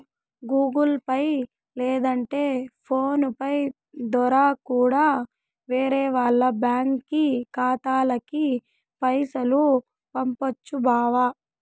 Google Pay లేదంటే PhonePe దోరా కూడా వేరే వాల్ల బ్యాంకి ఖాతాలకి పైసలు పంపొచ్చు బావా